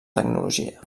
tecnologia